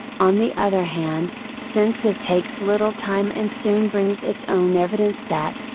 on the other hand, since it takes little time and soon brings its own evidence that,